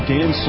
Dan